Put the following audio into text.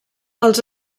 els